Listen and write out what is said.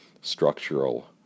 structural